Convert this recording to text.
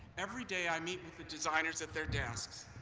every day i meet with the designers at their desks.